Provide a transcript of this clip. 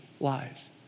lies